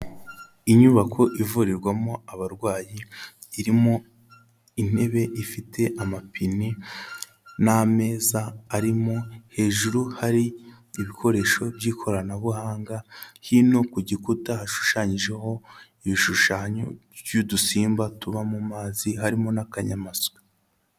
Inyubako ivurirwamo abarwayi irimo intebe ifite amapine n'ameza arimo, hejuru hari ibikoresho by'ikoranabuhanga, hino ku gikuta hashushanyijeho ibishushanyo by'udusimba tuba mu mazi, harimo n'akanyamasyo.